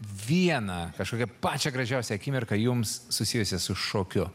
vieną kažkokią pačią gražiausią akimirką jums susijusią su šokiu